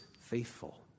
faithful